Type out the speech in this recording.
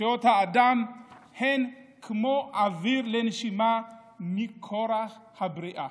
זכויות האדם הן כמו אוויר לנשימה מכורח הבריאה.